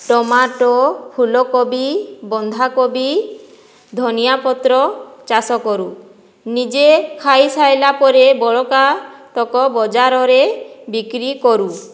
tomato ଫୁଲକୋବି ବନ୍ଧାକୋବି ଧନିଆପତ୍ର ଚାଷ କରୁ ନିଜେ ଖାଇସାରିଲା ପରେ ବଳକା ତକ ବଜାରରେ ବିକ୍ରି କରୁ